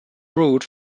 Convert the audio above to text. root